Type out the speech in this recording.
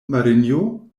marinjo